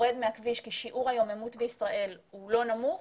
שיעור היוממות בישראל הוא לא נמוך,